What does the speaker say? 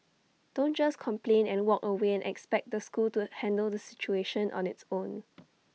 don't just complain and walk away and expect the school to handle the situation on its own